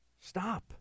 stop